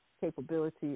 capability